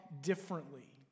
differently